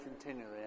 continually